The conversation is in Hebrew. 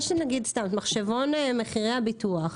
יש נגיד את מחשבון מחירי הביטוח,